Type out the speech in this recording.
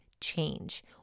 change